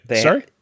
sorry